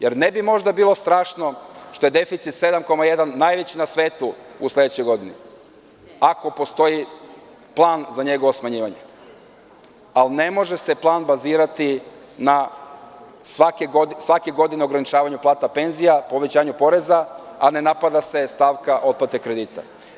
Jer, ne bi možda bilo strašno što je deficit 7,1 najveći na svetu u sledećoj godini ako postoji plan za njegovo smanjivanje, ali ne može se plan bazirati svake godine na ograničavanje plata i penzija, povećanju poreza, a ne napada se stavka otplate kredita.